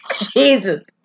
Jesus